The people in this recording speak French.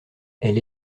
elle